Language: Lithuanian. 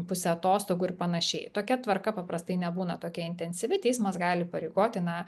pusė atostogų ir panašiai tokia tvarka paprastai nebūna tokia intensyvi teismas gali įpareigoti na